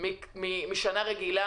לעומת שנה רגילה.